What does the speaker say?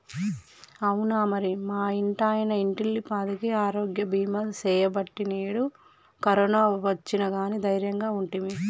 అవునా మరి మా ఇంటాయన ఇంటిల్లిపాదికి ఆరోగ్య బీమా సేయబట్టి నేడు కరోనా ఒచ్చిన గానీ దైర్యంగా ఉంటిమి